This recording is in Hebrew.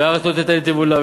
והארץ לא תיתן את יבולה.